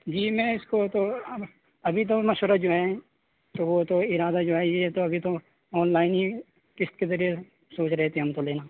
جی میں اس کو تو اب ابھی تو مشورہ جو ہے تو وہ تو ارادہ جو ہے یہ تو ابھی تو آن لائن ہی کست کے ذریعے سوچ رہے تھے ہم تو لینا